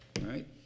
right